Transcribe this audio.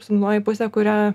silpnoji pusė kurią